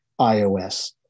iOS